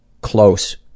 close